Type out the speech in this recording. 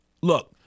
look